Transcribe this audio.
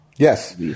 Yes